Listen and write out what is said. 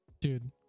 Dude